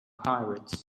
pirates